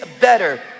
better